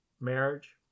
marriage